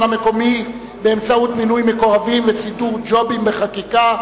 המקומי באמצעות מינוי מקורבים וסידור ג'ובים בחקיקה,